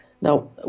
Now